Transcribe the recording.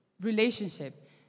relationship